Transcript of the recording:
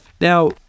Now